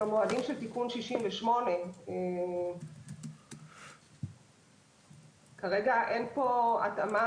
עם המועדים של תיקון 68. כרגע אין פה התאמה.